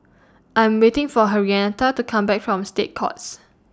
I'm waiting For Henrietta to Come Back from State Courts